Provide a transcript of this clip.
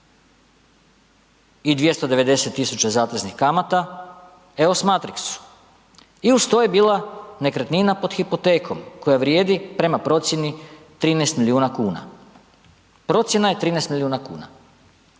i 290 000 zateznih kamata EOS Matrixu i uz to je bila nekretnina pod hipotekom koja vrijedi prema procjeni 13 milijuna kuna. Procjena je 13 milijuna kuna.